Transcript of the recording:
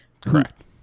correct